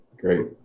Great